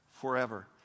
forever